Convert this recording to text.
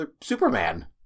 Superman